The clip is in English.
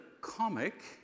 comic